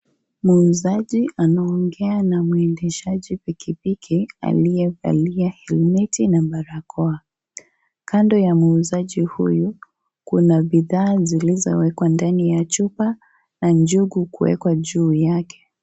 Muuzaji anaongea na mwendeshaji pikipiki aliyevalia helmeti na barakoa ,kando ya muuzaji huyu kuna bidhaa zilizowekwa ndani ya chupa na njugu kuwekwa juu yake.